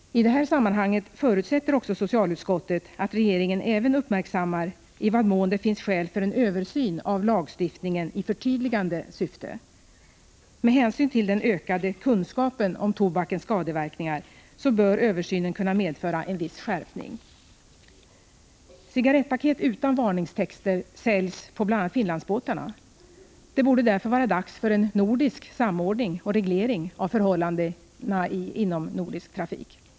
I det här sammanhanget förutsätter socialutskottet att regeringen även uppmärksammar i vad mån det finns skäl för en översyn av lagstiftningen i förtydligande syfte. Med hänsyn till den ökade kunskapen om tobakens skadeverkningar bör översynen kunna medföra en viss skärpning. Cigarrettpaket utan varningstexter säljs på bl.a. Finlandsbåtarna. Det borde därför vara dags för en samordning och en reglering av förhållandena i inomnordisk trafik.